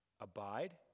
Abide